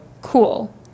Cool